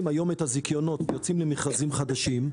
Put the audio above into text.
היום את הזיכיונות ויוצאים למכרזים חדשים,